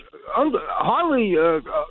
hardly